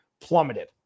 plummeted